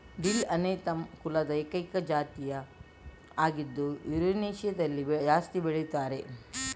dill anethum ಕುಲದ ಏಕೈಕ ಜಾತಿ ಆಗಿದ್ದು ಯುರೇಷಿಯಾದಲ್ಲಿ ಜಾಸ್ತಿ ಬೆಳೀತಾರೆ